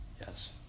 Yes